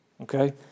okay